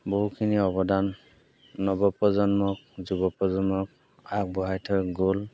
বহুখিনি অৱদান নৱ প্ৰজন্মক যুৱপ্ৰজন্মক আগবঢ়াই থৈ গ'ল